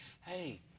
Hey